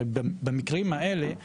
במקרים האלה,